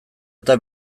eta